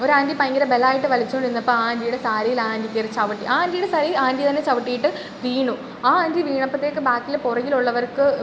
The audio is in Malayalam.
ഒരാൻറ്റി ഭയങ്കര ബലമായിട്ട് വലിച്ചോണ്ട് ഇരുന്നപ്പോൾ ആ ആൻറ്റീടെ സാരിയിൽ ആ ആൻറ്റി കയറി ചവിട്ടി ആ ആൻറ്റീടെ സാരി ആൻറ്റി തന്നെ ചവിട്ടീട്ട് വീണു ആ ആൻറ്റി വീണപ്പോഴ്ത്തേക്ക് ബാക്കിൽ പുറകിലുള്ളവർക്ക്